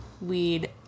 weed